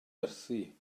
werthu